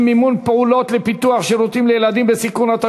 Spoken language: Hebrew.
150) (מימון פעולות לפיתוח שירותים לילדים בסיכון),